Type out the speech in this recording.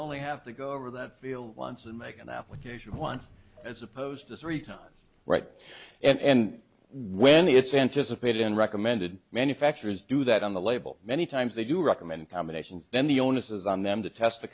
only have to go over that feel once and make an application want as opposed to three times right and when it's anticipated and recommended manufacturers do that on the label many times they do recommend combinations then the onus is on them to test the